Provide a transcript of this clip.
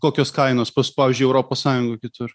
kokios kainos pavyzdžiui europos sąjungoj kitur